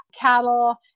cattle